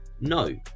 no